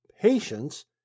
patience